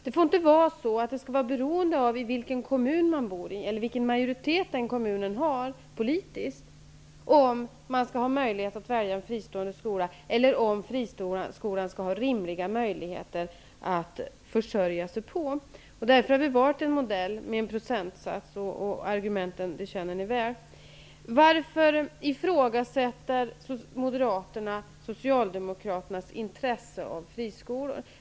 Det får inte vara beroende av i vilken kommun man bor eller vilken politisk majoritet kommunen har, om man skall ha möjlighet att välja en fristående skola eller om friskolan skall ha rimliga möjligheter att försörja sig. Vi har därför valt en modell med en procentsats. Argumenten känner ni väl. Varför ifrågasätter Moderaterna Socialdemokraternas intresse av friskolor?